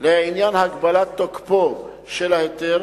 לעניין הגבלת תוקפו של ההיתר,